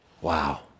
Wow